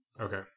Okay